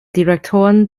direktoren